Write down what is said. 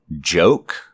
joke